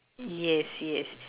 yes yes